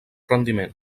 rendiment